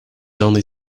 only